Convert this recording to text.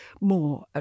more